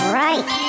right